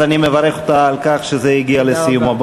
אז אני מברך אותה על כך שזה הגיע לסיומו.